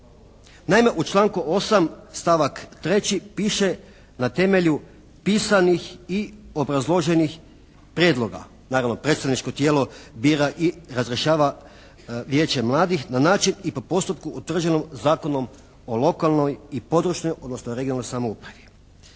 Naime u članku 8. stavak 3. piše na temelju pisanih i obrazloženih prijedloga, naravno predstavničko tijelo bira i razrješava Vijeće mladih na način i po postupku utvrđenom Zakonom o lokalnoj i područnoj, odnosno regionalnoj samoupravi.